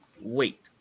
Wait